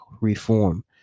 reform